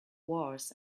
wars